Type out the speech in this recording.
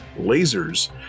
lasers